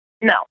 No